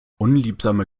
unliebsame